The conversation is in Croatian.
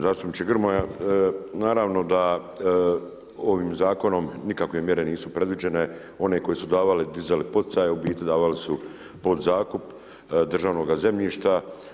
Zastupniče Grmoja, naravno da ovim zakonom nikakve mjere nisu predviđene, one koje su davale dizale poticaje, u biti davali su u podzakup državnoga zemljišta.